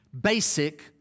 basic